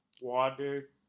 water